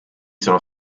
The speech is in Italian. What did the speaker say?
sono